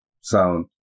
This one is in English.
sound